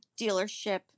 dealership